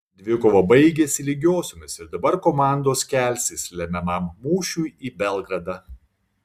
dvikova baigėsi lygiosiomis ir dabar komandos kelsis lemiamam mūšiui į belgradą